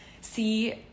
see